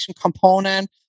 component